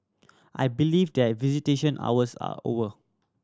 I believe that visitation hours are over